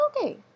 okay